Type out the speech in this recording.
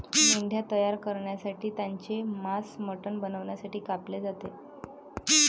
मेंढ्या तयार करण्यासाठी त्यांचे मांस मटण बनवण्यासाठी कापले जाते